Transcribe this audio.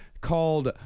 called